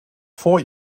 vor